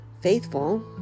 faithful